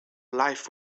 life